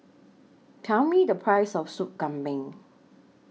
Tell Me The Price of Soup Kambing